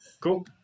Cool